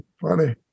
funny